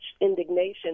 indignation